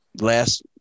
last –